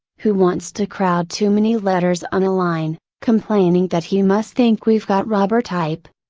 who wants to crowd too many letters on a line, complaining that he must think we've got rubber type.